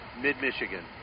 mid-Michigan